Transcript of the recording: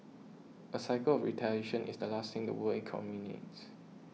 a cycle of retaliation is the last thing the world economy needs